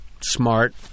smart